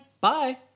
Bye